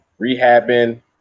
rehabbing